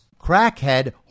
crackhead